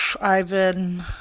Ivan